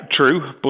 true